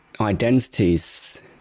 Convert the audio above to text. identities